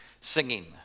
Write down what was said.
singing